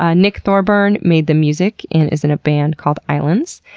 ah nick thorburn made the music and is in a band called islands.